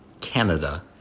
Canada